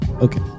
Okay